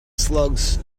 slugs